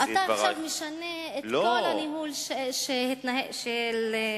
אתה עכשיו משנה את כל הניהול של הישיבה,